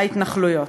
ההתנחלויות.